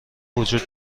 وجود